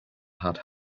had